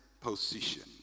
position